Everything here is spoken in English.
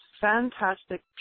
fantastic